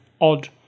odd